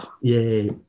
Yay